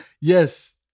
Yes